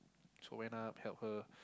so went up help her